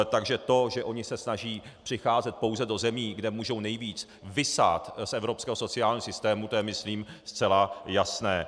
Takže to, že oni se snaží přicházet pouze do zemí, kde můžou nejvíc vysát z evropského sociálního systému, to je myslím zcela jasné.